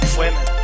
women